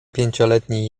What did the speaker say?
pięcioletni